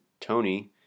Tony